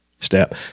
step